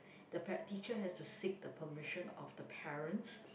the par~ teacher has to seek the permission of the parents